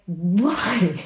why?